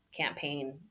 campaign